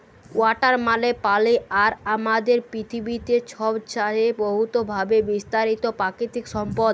water মালে পালি আর আমাদের পিথিবীতে ছবচাঁয়ে বহুতভাবে বিস্তারিত পাকিতিক সম্পদ